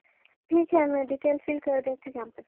ٹھیک ہے میں ڈیٹیل فل کر دیتی ہوں شام تک